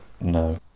no